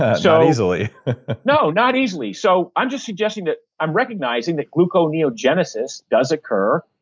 ah so easily no, not easily, so i'm just suggesting that. i'm recognizing that gluconeogenesis does occur,